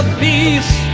peace